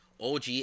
OG